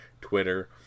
Twitter